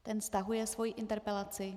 Ten stahuje svoji interpelaci.